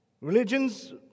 religions